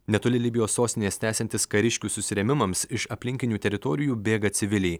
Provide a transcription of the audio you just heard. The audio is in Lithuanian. netoli libijos sostinės tęsiantis kariškių susirėmimams iš aplinkinių teritorijų bėga civiliai